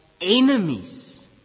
enemies